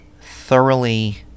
thoroughly